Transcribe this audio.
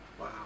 wow